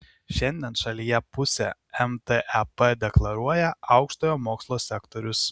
šiandien šalyje pusę mtep deklaruoja aukštojo mokslo sektorius